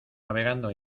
navegando